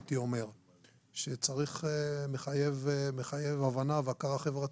שמחייב הבנה והכרה חברתית,